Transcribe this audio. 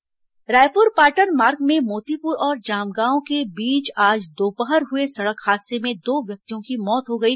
दुर्घटना रायपुर पाटन मार्ग में मोतीपुर और जामगांव के बीच आज दोपहर हुए सड़क हादसे में दो व्यक्तियों की मौत हो गई